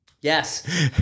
yes